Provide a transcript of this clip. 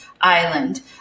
Island